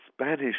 Spanish